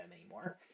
anymore